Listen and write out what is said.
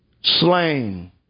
slain